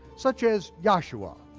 such as yahshua.